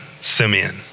Simeon